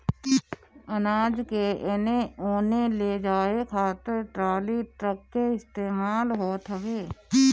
अनाज के एने ओने ले जाए खातिर टाली, ट्रक के इस्तेमाल होत हवे